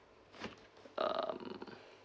um